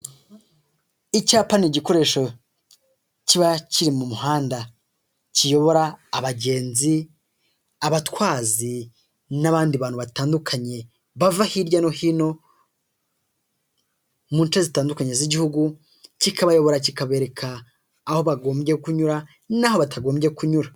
Icyapa ni igikoresho kiba kiri mu muhanda kiyobora abagenzi, abatwazi n'abandi bantu batandukanye bava hirya no hino munce zitandukanye z'igihugu, kikabayobora kikabereka aho bagombye kunyura n'aho batagombye kunyura.